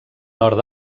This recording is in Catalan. nord